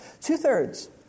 Two-thirds